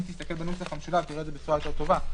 אם תסתכל בנוסח המשולב, תראה בצורה יותר טובה.